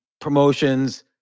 promotions